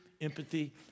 empathy